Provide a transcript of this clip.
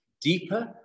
deeper